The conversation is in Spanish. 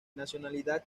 nacionalidad